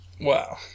Wow